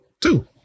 Two